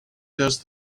does